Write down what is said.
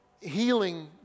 healing